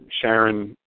Sharon